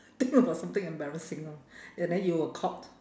think about something embarrassing lor ya then you were caught